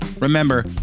Remember